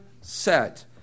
set